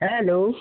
hello